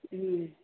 ம்